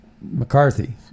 McCarthy